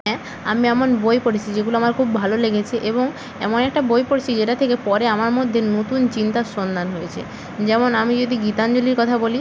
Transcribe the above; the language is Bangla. হ্যাঁ আমি এমন বই পড়েছি যেগুলো আমার খুব ভালো লেগেছে এবং এমন একটা বই পড়েছি যেটা থেকে পরে আমার মদ্যে নতুন চিন্তার সন্ধান হয়েছে যেমন আমি যদি গীতাঞ্জলির কথা বলি